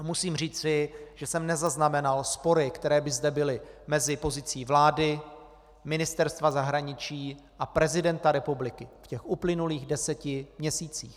A musím říci, že jsem nezaznamenal spory, které by zde byly mezi pozicí vlády, Ministerstva zahraničí a prezidenta republiky v těch uplynulých deseti měsících.